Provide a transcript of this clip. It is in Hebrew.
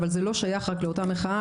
אבל זה לא שייך רק לאותה מחאה,